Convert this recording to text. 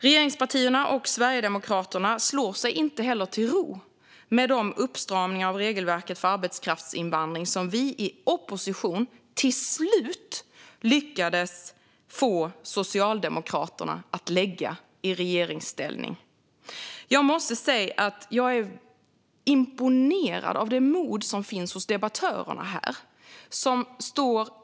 Regeringspartierna och Sverigedemokraterna slår sig inte heller till ro med de uppstramningar av regelverket för arbetskraftsinvandring som vi i opposition till slut lyckades få Socialdemokraterna att lägga fram i regeringsställning. Jag måste säga att jag är imponerad av det mod som finns hos debattörerna här.